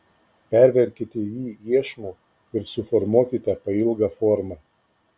perverkite jį iešmu ir suformuokite pailgą formą